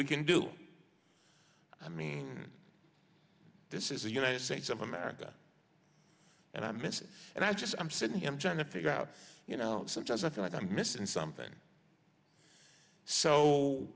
we can do i mean this is the united states of america and i'm missing and i'm just i'm sitting here i'm trying to figure out you know sometimes i feel like i'm missing something